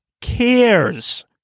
cares